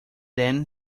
then